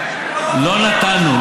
לא נתנו.